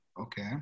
Okay